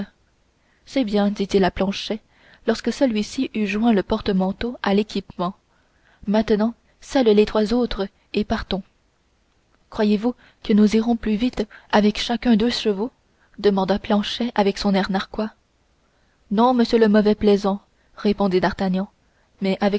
c'est bien dit-il à planchet lorsque celui-ci eut joint le portemanteau à l'équipement maintenant selle les trois autres et partons croyez-vous que nous irons plus vite avec chacun deux chevaux demanda planchet avec son air narquois non monsieur le mauvais plaisant répondit d'artagnan mais